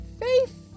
Faith